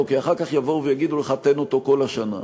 כי אחר כך יבואו ויגידו לך: תן אותו כל השנה.